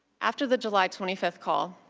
after the july twenty five call,